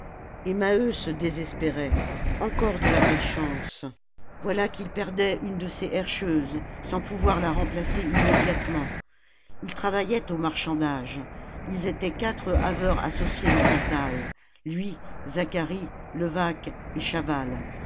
et maheu se désespérait encore de la malchance voilà qu'il perdait une de ses herscheuses sans pouvoir la remplacer immédiatement il travaillait au marchandage ils étaient quatre haveurs associés dans sa taille lui zacharie levaque et chaval